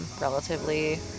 relatively